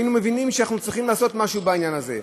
היינו מבינים שאנחנו צריכים לעשות משהו בעניין הזה.